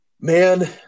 man